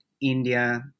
India